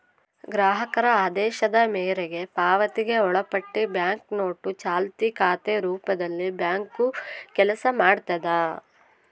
ಗ್ರಾಹಕರ ಆದೇಶದ ಮೇರೆಗೆ ಪಾವತಿಗೆ ಒಳಪಟ್ಟಿ ಬ್ಯಾಂಕ್ನೋಟು ಚಾಲ್ತಿ ಖಾತೆ ರೂಪದಲ್ಲಿಬ್ಯಾಂಕು ಕೆಲಸ ಮಾಡ್ತದ